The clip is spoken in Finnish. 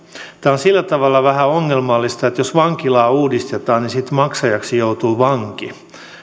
tämä on sillä tavalla vähän ongelmallista että jos vankilaa uudistetaan niin maksajaksi joutuu vanki ja